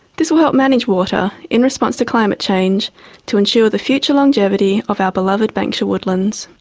this will help manage water in response to climate change to ensure the future longevity of our beloved banksia woodlands.